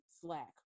slack